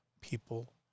people